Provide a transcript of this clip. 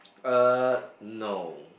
uh no